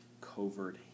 covert